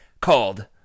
called